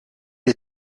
les